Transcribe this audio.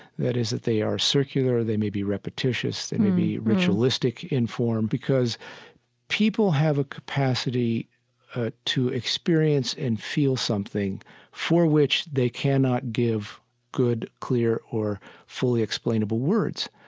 that is, that they are circular. they may be repetitious, they may be ritualistic in form, because people have a capacity ah to experience and feel something for which they cannot give good, clear, or fully explainable words.